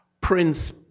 Prince